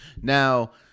now